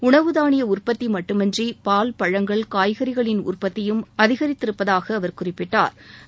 உணவுதாளிய உற்பத்தி மட்டுமின்றி பால் பழங்கள் காய்கறிகளின் உற்பத்தியும் அதிகித்திருப்பதாக அவர் குறிப்பிட்டா்